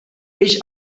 ich